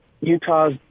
Utah's